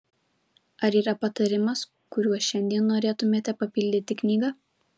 ar yra patarimas kuriuo šiandien norėtumėte papildyti knygą